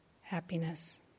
happiness